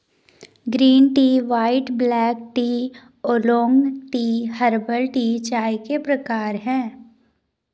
green tea white black tea oolong tea herbal tea चाय के प्रकार है